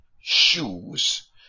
shoes